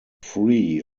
free